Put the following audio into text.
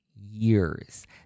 years